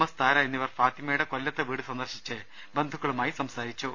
S Thara എന്നിവർ ഫാത്തിമയുടെ കൊല്ലത്തെ വീട് സന്ദർശിച്ച് ബന്ധുക്കളുമായി സംസാരിച്ചു